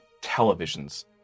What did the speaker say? Televisions